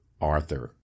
Arthur